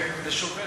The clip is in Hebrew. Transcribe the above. לשוביך.